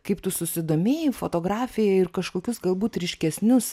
kaip tu susidomėjai fotografija ir kažkokius galbūt ryškesnius